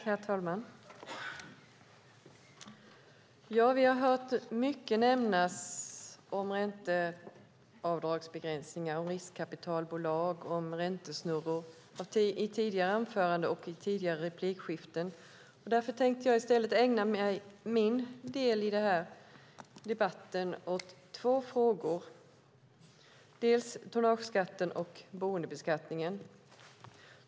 Herr talman! Vi har hört mycket nämnas om ränteavdragsbegränsningar, riskkapitalbolag och räntesnurror i tidigare anföranden och i tidigare replikskiften. Därför tänkte jag i stället ägna min del i debatten åt två frågor, nämligen tonnageskatten och boendebeskattningen.